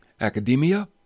academia